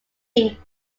peaks